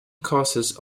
causes